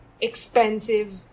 expensive